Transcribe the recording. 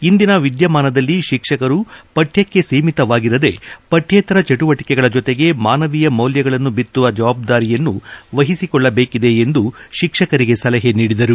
ಇಂದಿನ ವಿದ್ಯಮಾನದಲ್ಲಿ ತಿಕ್ಷಕರು ಪಠ್ಯಕ್ಷೆ ಸೀಮಿತವಾಗಿರದೆ ಪಕ್ಷೇತರ ಚಟುವಟಕೆಗಳ ಜೊತೆಗೆ ಮಾನವೀಯ ಮೌಲ್ಯಗಳನ್ನು ಬಿತ್ತುವ ಜವಾಬ್ದಾರಿಯನ್ನು ವಹಿಸಿಕೊಳ್ಳಬೇಕಿದೆ ಎಂದು ಶಿಕ್ಷಕರಿಗೆ ಸಲಹೆ ನೀಡಿದರು